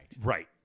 Right